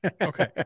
Okay